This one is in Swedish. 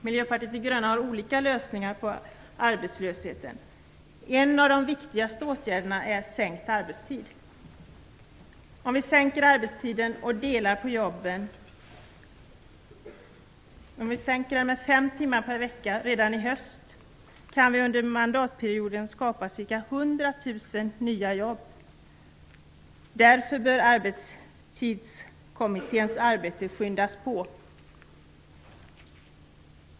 Miljöpartiet de gröna har olika lösningar. En av de viktigaste åtgärderna är sänkt arbetstid. Om vi sänker arbetstiden med fem timmar per vecka redan i höst och delar på jobben, kan vi under mandatperioden skapa ca 100 000 nya jobb. Därför bör Arbetstidskommitténs arbete skyndas på.